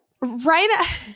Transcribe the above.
right